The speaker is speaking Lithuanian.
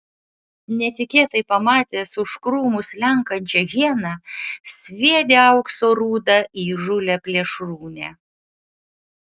netikėtai pamatęs už krūmų slenkančią hieną sviedė aukso rūdą į įžūlią plėšrūnę